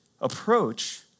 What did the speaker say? approach